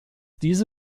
diese